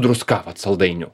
druska vat saldainių